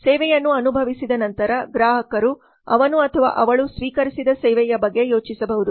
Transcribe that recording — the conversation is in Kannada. ಸೇವೆಯನ್ನು ಅನುಭವಿಸಿದ ನಂತರ ಗ್ರಾಹಕರು ಅವನು ಅಥವಾ ಅವಳು ಸ್ವೀಕರಿಸಿದ ಸೇವೆಯ ಬಗ್ಗೆ ಯೋಚಿಸಬಹುದು